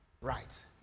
right